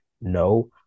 No